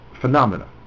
phenomena